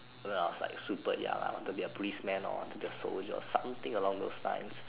when I was like super young I want to be a policeman or want to be a soldier or something along those line